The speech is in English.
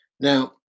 Now